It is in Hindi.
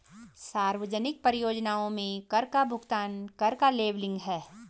सार्वजनिक परियोजनाओं में कर का भुगतान कर का लेबलिंग है